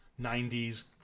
90s